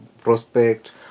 prospect